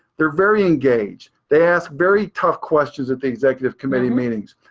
they're very engaged. they ask very tough questions at the executive committee meetings.